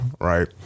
right